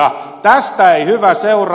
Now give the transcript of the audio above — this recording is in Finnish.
tästä ei hyvä seuraa